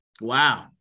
Wow